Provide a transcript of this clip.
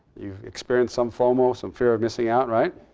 you experience some fomo, some fear of missing out. right.